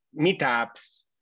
meetups